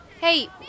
Hey